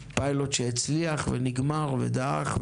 שהצליח, נגמר ודעך.